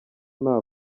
nta